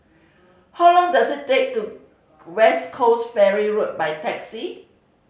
how long does it take to West Coast Ferry Road by taxi